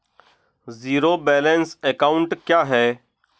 Zero balance account क्या है?